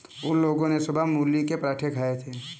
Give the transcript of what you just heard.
उन लोगो ने सुबह मूली के पराठे खाए थे